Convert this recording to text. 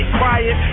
quiet